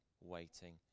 waiting